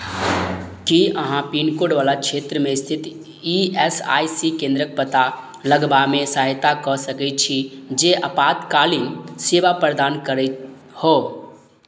की अहाँ पिनकोडवला क्षेत्रमे स्थित ई एस आइ सी केन्द्रक पता लगयबामे सहायता कऽ सकैत छी जे आपातकलीन सेवा प्रदान करैत हो